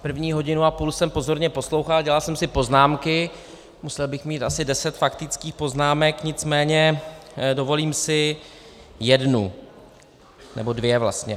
První hodinu a půl jsem pozorně poslouchal a dělal jsem si poznámky, musel bych mít asi deset faktických poznámek, nicméně dovolím si jednu, nebo vlastně dvě.